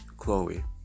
Chloe